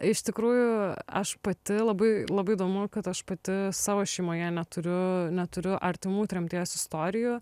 iš tikrųjų aš pati labai labai įdomu kad aš pati savo šeimoje neturiu neturiu artimų tremties istorijų